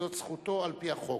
זאת זכותו על-פי החוק.